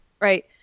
right